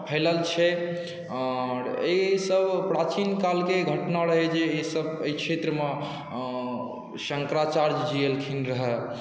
फैलल छै आओर ईसभ प्राचीनकालके घटना रहय जे ईसभ एहि क्षेत्रमे शङ्कराचार्यजी एलखिन रहए